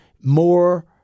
more